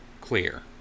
clear